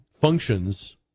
functions